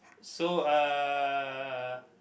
so uh